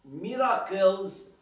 miracles